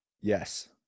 Yes